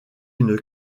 une